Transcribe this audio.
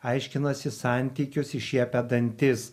aiškinasi santykius iššiepę dantis